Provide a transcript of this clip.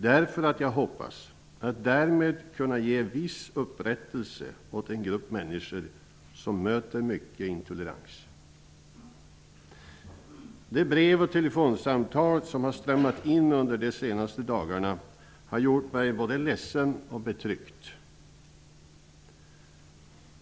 Jag hoppas nämligen att därmed kunna ge viss upprättelse åt en grupp människor som möter mycket intolerans. De brev och telefonsamtal som har strömmat in under de senaste dagarna har gjort mig både ledsen och betryckt.